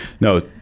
no